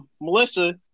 Melissa